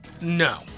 No